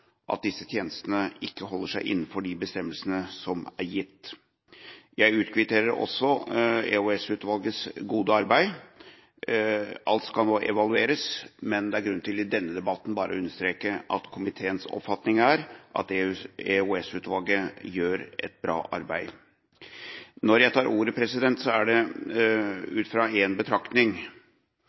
at disse tjenestene ikke holder seg innenfor de bestemmelsene som er gitt. Jeg utkvitterer også EOS-utvalgets gode arbeid. Alt skal nå evalueres, men det er i denne debatten grunn til å understreke at komiteens oppfatning er at EOS-utvalget gjør et godt arbeid. Når jeg tar ordet, gjelder det én betraktning. Det er det som tas opp i en